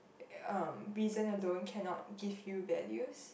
um reason alone cannot give you values